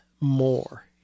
more